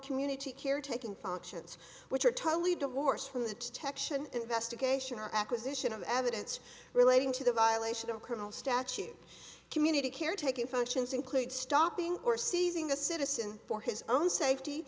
community caretaking functions which are totally divorced from the texan investigation or acquisition of evidence relating to the violation of criminal statute community care taking functions include stopping or seizing a citizen for his own safety